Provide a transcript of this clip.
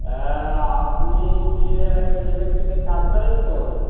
হ্যাঁ আপনি কি ইলেকট্রিকের কাজ করেন তো